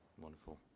Wonderful